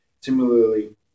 Similarly